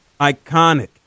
Iconic